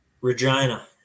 regina